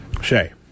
Shay